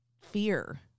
fear